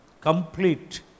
Complete